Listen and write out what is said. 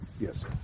Yes